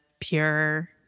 pure